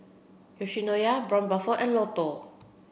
Yoshinoya Braun Buffel and Lotto